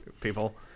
people